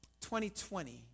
2020